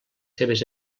seves